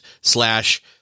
slash